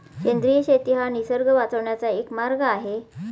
सेंद्रिय शेती हा निसर्ग वाचवण्याचा एक मार्ग आहे